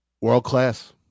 World-class